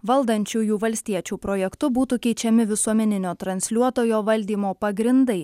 valdančiųjų valstiečių projektu būtų keičiami visuomeninio transliuotojo valdymo pagrindai